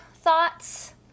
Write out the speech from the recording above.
thoughts